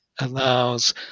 allows